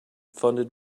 funded